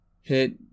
hit